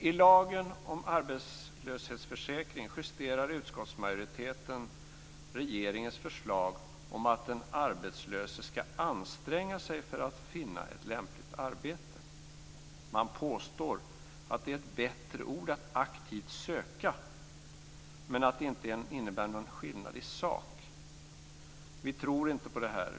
I lagen om arbetslöshetsförsäkring justerar utskottsmajoriteten regeringens förslag om att den arbetslöse ska anstränga sig för att finna ett lämpligt arbete. Man påstår att ett bättre ord är aktivt söka, men att det inte innebär någon skillnad i sak. Vi tror inte på detta.